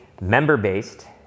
member-based